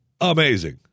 amazing